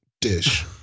dish